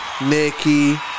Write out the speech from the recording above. Nikki